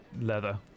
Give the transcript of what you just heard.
leather